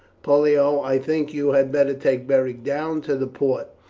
pollio, i think you had better take beric down to the port,